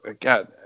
God